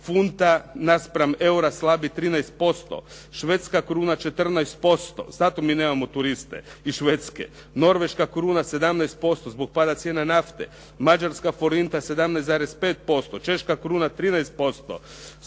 funta naspram eura slabi 13%, Švedska kruna 14%, zato mi nemamo turiste iz Švedske. Norveška kruna 17% zbog pada cijene nafte, Mađarska forinta 17,5%, Češka kruna 13%,